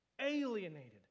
Alienated